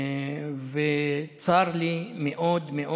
וצר לי מאוד מאוד.